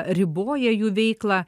riboja jų veiklą